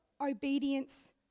obedience